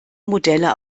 modelle